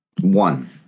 One